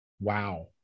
wow